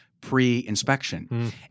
pre-inspection